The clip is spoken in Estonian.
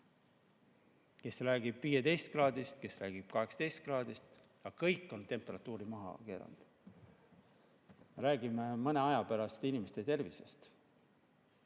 Kes räägib 15 kraadist, kes räägib 18 kraadist, aga kõik on temperatuuri maha keeranud. Räägime mõne aja pärast inimeste tervisest.